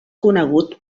conegut